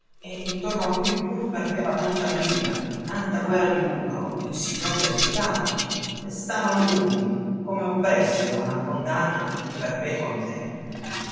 e intorno a cui pur ferveva tanta briga tanta guerra di lucro insidiosa e spietata restavano muti come oppressi da una condanna di perpetua miseria